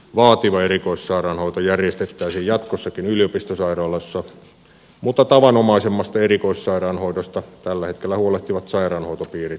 vaativa erikoissairaanhoito järjestettäisiin jatkossakin yliopistosairaaloissa mutta tavanomaisemmasta erikoissairaanhoidosta tällä hetkellä huolehtivat sairaanhoitopiirit lakkautettaisiin